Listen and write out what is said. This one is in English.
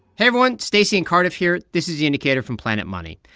hey, everyone. stacey and cardiff here. this is the indicator from planet money.